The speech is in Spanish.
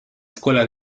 escuela